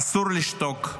אסור לשתוק.